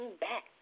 back